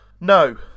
No